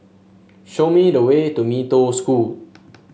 show me the way to Mee Toh School